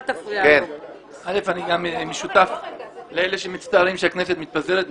אני שותף לאלה שמצטערים שהכנסת מתפזרת.